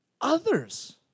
others